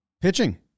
pitching